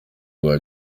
rwa